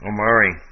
Omari